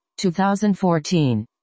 2014